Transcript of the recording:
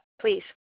please